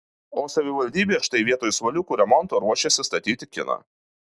o savivaldybė štai vietoj suoliukų remonto ruošiasi statyti kiną